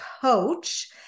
coach